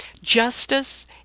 Justice